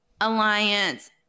alliance